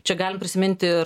čia galim prisiminti ir